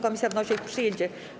Komisja wnosi o ich przyjęcie.